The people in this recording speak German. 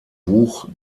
buch